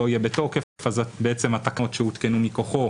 יהיה בתוקף אז בעצם התקנות שהותקנו מכוחו,